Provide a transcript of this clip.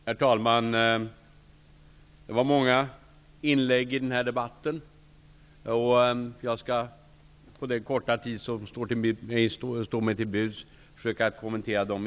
Herr talman! Det har varit många inlägg i debatten, och jag skall på den korta tid som står mig till buds försöka kommentera dem.